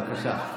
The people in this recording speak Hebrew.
בבקשה.